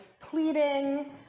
pleading